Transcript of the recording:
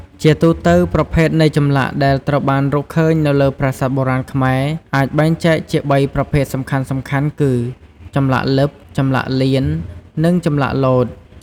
ជាទូទៅ ប្រភេទនៃចម្លាក់ដែលត្រូវបានរកឃើញនៅលើប្រាសាទបុរាណខ្មែរអាចបែងចែកចេញជាបីប្រភេទសំខាន់ៗគឺ ចម្លាក់លិប ចម្លាក់លៀន និង ចម្លាក់លោត។